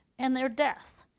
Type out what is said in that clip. and their death.